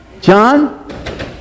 John